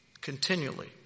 Continually